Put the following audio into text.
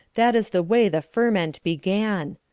that is the way the ferment began.